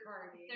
party